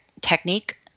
technique